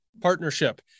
partnership